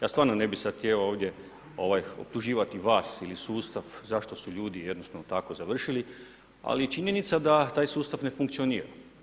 Ja stvarno ne bih sad htio ovdje optuživati vas ili sustav zašto su ljudi jednostavno tako završili, ali je činjenica da taj sustav ne funkcionira.